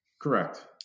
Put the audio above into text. Correct